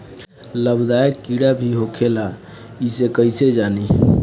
लाभदायक कीड़ा भी होखेला इसे कईसे जानी?